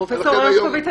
פרופ' הרשקוביץ,